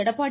Edappadi